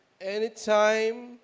anytime